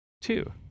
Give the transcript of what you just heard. Two